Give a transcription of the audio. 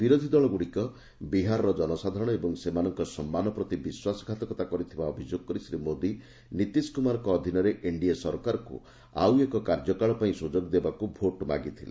ବିରୋଧୀଦଳଗୁଡିକ ବିହାରର ଜନସାଧାରଣ ଏବଂ ସେମାନଙ୍କ ସମ୍ମାନ ପ୍ରତି ବିଶ୍ୱାସଘାତକତା କରିଥିବା ଅଭିଯୋଗ କରି ଶ୍ରୀମୋଦି ନିତୀଶକୁମାରଙ୍କ ଅଧିନରେଏନ୍ଡିଏ ସରକାରକୁ ଆଉ ଏକ କାର୍ଯ୍ୟକାଳ ପାଇଁ ସୁଯୋଗ ଦେବାକୁ ଭୋଟ୍ ମାଗିଥିଲେ